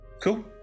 Cool